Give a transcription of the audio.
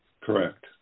correct